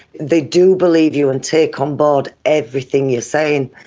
they do believe you and take on board everything you are saying.